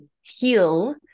heal